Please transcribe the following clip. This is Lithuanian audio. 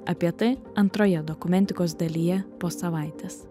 apie tai antroje dokumentikos dalyje po savaitės